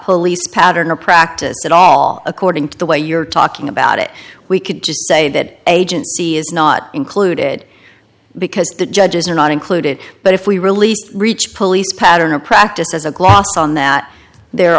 police pattern or practice at all according to the way you're talking about it we could just say that agency is not included because the judges are not included but if we released reach police pattern or practice as a gloss on that there